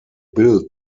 built